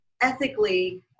ethically